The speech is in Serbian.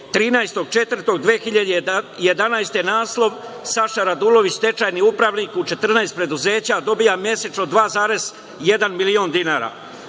13. 04. 2011. godine naslov – Saša Radulović, stečajni upravnik u 14 preduzeća, dobija mesečno 2,1 milion dinara;